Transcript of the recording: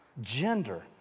Gender